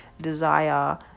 desire